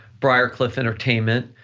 briarcliff entertainment,